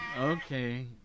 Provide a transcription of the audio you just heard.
Okay